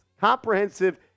Comprehensive